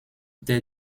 terre